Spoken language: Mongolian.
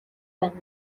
байна